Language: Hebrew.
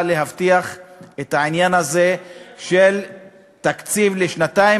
להבטיח את העניין הזה של תקציב לשנתיים,